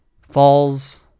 falls